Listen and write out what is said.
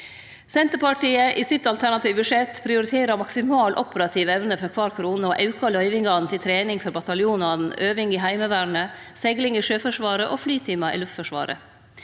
Senterpartiet prioriterer i det alternative budsjettet maksimal operativ evne for kvar krone, og aukar løyvingane til trening for bataljonane, øving i Heimevernet, segling i Sjøforsvaret og flytimar i Luftforsvaret.